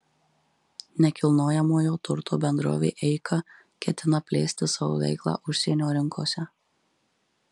nekilnojamojo turto bendrovė eika ketina plėsti savo veiklą užsienio rinkose